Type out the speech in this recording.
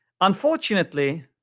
Unfortunately